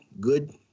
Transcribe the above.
Good